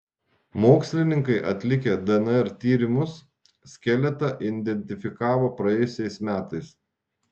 mokslininkai atlikę dnr tyrimus skeletą identifikavo praėjusiais metais